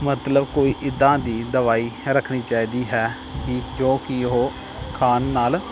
ਮਤਲਬ ਕੋਈ ਇੱਦਾਂ ਦੀ ਦਵਾਈ ਰੱਖਣੀ ਚਾਹੀਦੀ ਹੈ ਕਿ ਕਿਉਂਕਿ ਉਹ ਖਾਣ ਨਾਲ